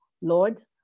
Lord